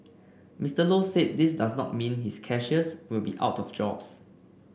Mister Low said this does not mean his cashiers will be out of jobs